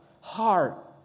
heart